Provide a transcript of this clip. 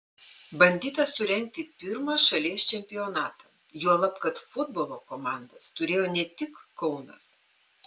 bandyta surengti pirmą šalies čempionatą juolab kad futbolo komandas turėjo ne tik kaunas